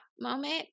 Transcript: moment